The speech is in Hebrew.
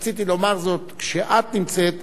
רציתי לומר זאת כשאת נמצאת,